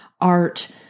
art